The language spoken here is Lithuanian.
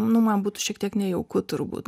nu man būtų šiek tiek nejauku turbūt